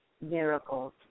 miracles